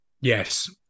Yes